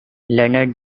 leonard